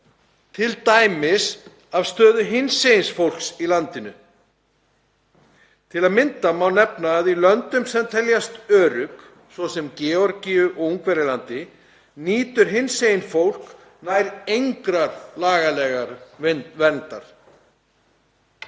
taka mið af stöðu hinsegin fólks í landinu. Til að mynda má nefna að í löndum sem teljast örugg, svo sem í Georgíu og Ungverjalandi, nýtur hinsegin fólk nær engrar lagalegrar verndar.